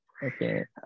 Okay